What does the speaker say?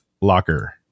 locker